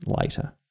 later